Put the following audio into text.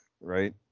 right